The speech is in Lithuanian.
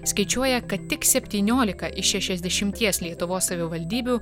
skaičiuoja kad tik septyniolika iš šešiasdešimties lietuvos savivaldybių